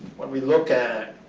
when we look at,